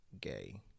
gay